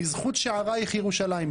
בזכות שעריך ירושלים,